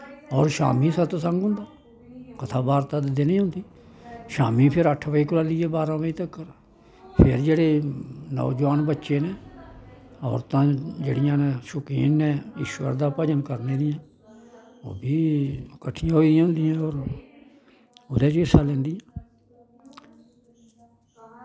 होर शामीं सतसंग होंदा कथा बार्ता ते दिनें होंदी शामीं फिर अट्ठ बजे कोला लेइयै बारां बज़े तक्क फिर जेह्ड़े नौजवान बच्चे न औरतां जेह्ड़ियां न शोकीन न इश्वर दा भजन करने दियां ओह् बी कट्ठियां होई दियां होंदियां ते ओह्दे च हिस्सा लैंदियां